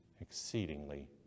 exceedingly